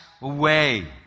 away